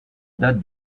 date